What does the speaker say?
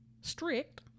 strict